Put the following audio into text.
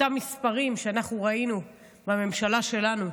אותם מספרים שאנחנו ראינו בממשלה שלנו,